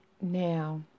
now